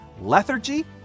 lethargy